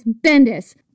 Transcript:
Bendis